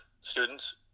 students